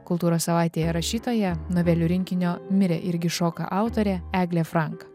kultūros savaitėje rašytoja novelių rinkinio mirė irgi šoka autorė eglė frank